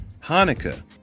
Hanukkah